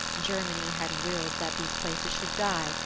germany had willed that these places should die,